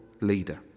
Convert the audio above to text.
leader